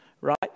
right